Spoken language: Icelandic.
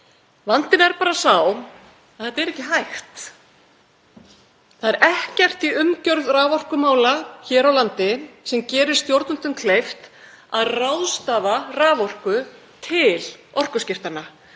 Vandinn er bara sá að þetta er ekki hægt. Það er ekkert í umgjörð raforkumála hér á landi sem gerir stjórnvöldum kleift að ráðstafa raforku til orkuskiptanna.